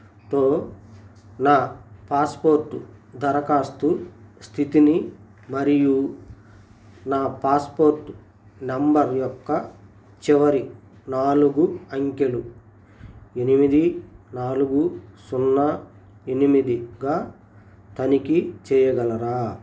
తో నా పాస్పోర్టు దరఖాస్తు స్థితిని మరియు నా పాస్పోర్ట్ నెంబర్ యొక్క చివరి నాలుగు అంకెలు ఎనిమిది నాలుగు సున్నా ఎనిమిదిగా తనిఖీ చేయగలరా